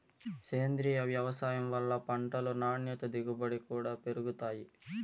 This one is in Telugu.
సేంద్రీయ వ్యవసాయం వల్ల పంటలు నాణ్యత దిగుబడి కూడా పెరుగుతాయి